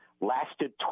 lasted